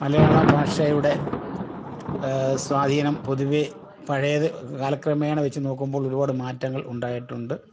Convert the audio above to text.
മലയാള ഭാഷയുടെ സ്വാധീനം പൊതുവെ പഴയത് കാലക്രമേണ വച്ചു നോക്കുമ്പോൾ ഒരുപാട് മാറ്റങ്ങൾ ഉണ്ടായിട്ടുണ്ട്